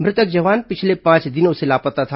मृतक जवान पिछले पांच दिनों से लापता था